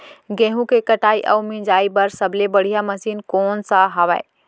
गेहूँ के कटाई अऊ मिंजाई बर सबले बढ़िया मशीन कोन सा हवये?